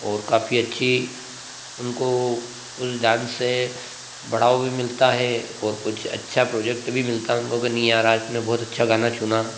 और काफ़ी अच्छी उनको उस डांस से बढ़ावा भी मिलता है और कुछ अच्छा प्रोजेक्ट भी मिलता है उनको यार रात में बहुत अच्छा गाना चुना